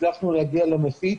הצלחנו להגיע למפיץ,